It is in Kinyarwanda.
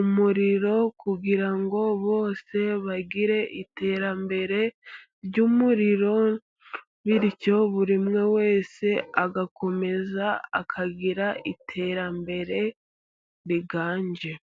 umuriro kugirango ngo bose bagire iterambere ry'umuriro, bityo buri umwe wese agakomeza akagira iterambere riganje.